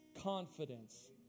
confidence